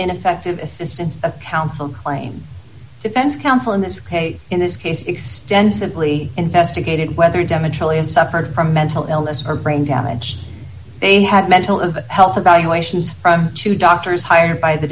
ineffective assistance of counsel claim defense counsel in this case in this case extensively investigated whether democrats and suffered from mental illness or brain damage they had mental health evaluations from two doctors hired by the